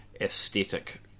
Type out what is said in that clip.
aesthetic